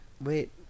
Wait